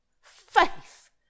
Faith